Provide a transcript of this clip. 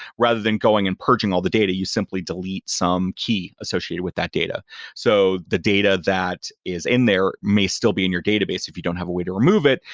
rather than going and purging all the data, you simply delete some key associated with that data so the data that is in there may still be in your database if you don't have a way to remove it,